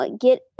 get